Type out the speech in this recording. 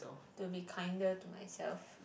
to be kinder to myself